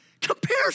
Compare